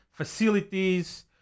facilities